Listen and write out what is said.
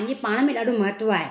पंहिंजे पाण में ॾाढो महत्व आहे